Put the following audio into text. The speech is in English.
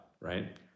right